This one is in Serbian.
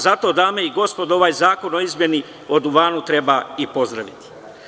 Zato, dame i gospodo, ovaj Zakon o duvanu treba pozdraviti.